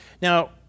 Now